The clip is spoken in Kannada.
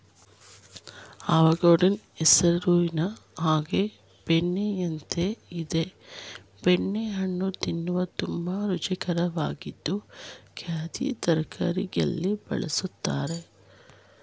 ಅವಕಾಡೊ ಹೆಸರಿನ ಹಾಗೆ ಬೆಣ್ಣೆಯಂತೆ ಇದೆ ಬೆಣ್ಣೆ ಹಣ್ಣು ತಿನ್ನಲು ತುಂಬಾ ರುಚಿಕರವಾಗಿದ್ದು ಖಾದ್ಯ ತಯಾರಿಕೆಲಿ ಬಳುಸ್ತರೆ